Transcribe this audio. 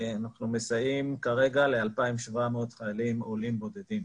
אנחנו מסייעים כרגע ל-2,700 חיילים עולים בודדים.